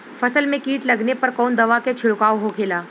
फसल में कीट लगने पर कौन दवा के छिड़काव होखेला?